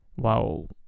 Wow